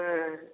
हँ